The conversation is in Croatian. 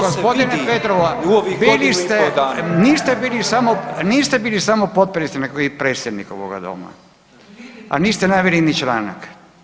Gospodin Petrov bili ste, niste bili samo, niste bili samo potpredsjednik nego i predsjednik ovoga doma, a niste naveli ni članak.